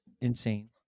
insane